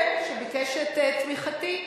כן, שביקש את תמיכתי.